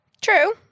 True